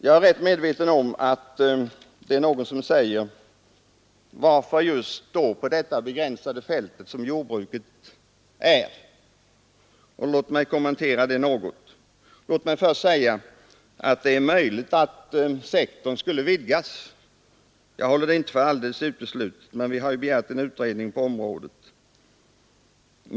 Någon kanske säger: Varför föreslå en sådan åtgärd just på detta begränsade område som jordbruket utgör? Låt mig kommentera det något. Det är möjligt att sektorn skulle vidgas — jag håller det inte för alldeles uteslutet, men vi har ju enbart begärt en utredning på området.